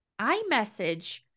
iMessage